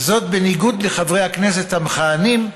זאת בניגוד לחברי הכנסת המכהנים,